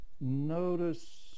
notice